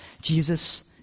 Jesus